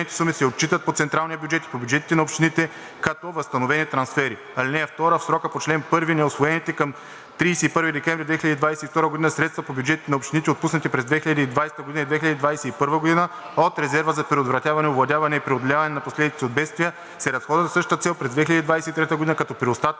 Възстановените суми се отчитат по централния бюджет и по бюджетите на общините като възстановени трансфери. (2) В срока по чл. 1 неусвоените към 31 декември 2022 г. средства по бюджетите на общините, отпуснати през 2020 г. и 2021 г. от резерва за предотвратяване, овладяване и преодоляване на последиците от бедствия, се разходват за същата цел през 2023 г., като при остатък